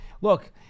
look